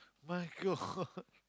my-God